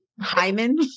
Hyman